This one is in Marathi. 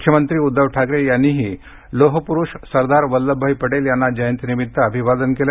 मुख्यमंत्री उद्धव ठाकरे यांनीही लोहपुरूष सरदार वल्लभभाई पटेल यांना जयंतीनिमित्त अभिवादन केलं